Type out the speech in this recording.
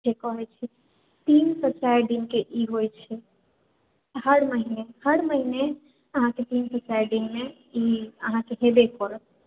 जेकरा होइ छै तीन से चारि दिनके ई होइ छै हर महीने हर महीने अहाँके तीन या चारि दिन ले ई हेबय करत